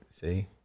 See